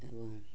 ଏବଂ